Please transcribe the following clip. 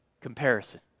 comparison